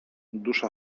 dusza